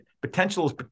potentials